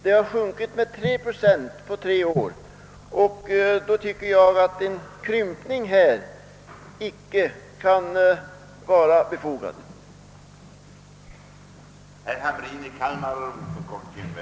Det har sjunkit med 3 procent på tre år, och då anser jag att en krympning av antalet lokaliseringslägenheter inte kan vara befogad.